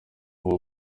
uwo